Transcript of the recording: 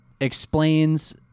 explains